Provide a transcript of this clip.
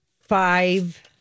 five